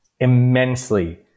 immensely